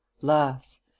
laughs